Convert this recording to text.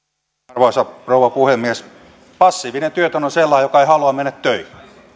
arvoisa rouva puhemies passiivinen työtön on sellainen joka ei halua mennä töihin